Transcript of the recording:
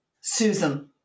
Susan